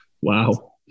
Wow